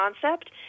concept